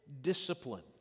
discipline